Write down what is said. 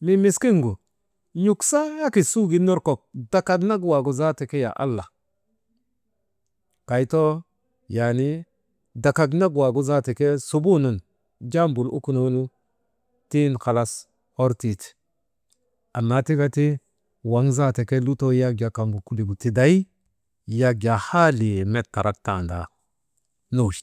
Mii miskingu n̰uk saakit sudin ner kok dakak nak waagu zaata ke yaa alla kay too yaanii dakak nak nat waagu zaata ke subuuunun jaa mbul ukunoonu tiŋ halas hor tiite. Annaa tika ti waŋ zaata ke lutoo yak jaa kaŋgu kuligi tiday yak jaa halii met karak tandaa nu wi.